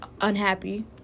unhappy